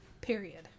Period